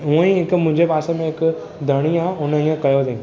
हूअं ई हिकु मुंहिंजी पासे में हिकु धणी आहे हुन इएं कयो अथईं